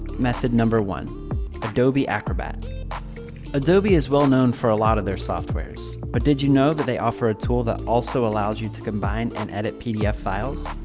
method number one adobe acrobat adobe is well known for a lot of their softwares, but did you know that they offer a tool that also allows you to combine and edit pdf files?